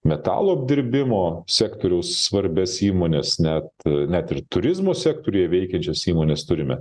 metalo apdirbimo sektoriaus svarbias įmones net net ir turizmo sektoriuje veikiančias įmones turime